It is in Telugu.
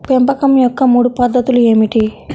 పెంపకం యొక్క మూడు పద్ధతులు ఏమిటీ?